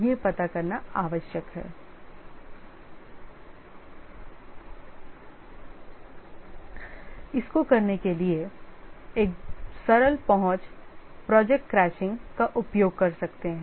यह पता करना आवश्यक है इसको करने के लिए एक सरल पहुंच project crashing का उपयोग कर सकते हैं